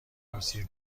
توصیه